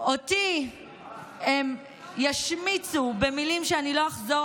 אותי הם ישמיצו במילים שאני לא אחזור